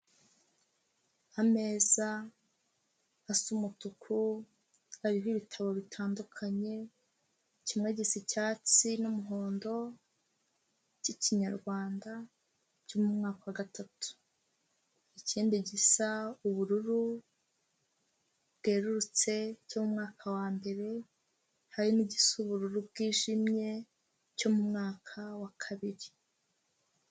Ameza asa umutuku hariho ibitabo bitandukanye kimwe gisa icyatsi n'umuhondo, cy'ikinyarwanda cyo mu mwaka wa gatatu, ikindi gisa ubururu bwerurutse cy'umwaka wa mbere, hari n'igisa uburu bwijimye cy'umwaka wa kabiri.